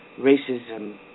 racism